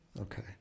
okay